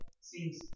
seems